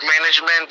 management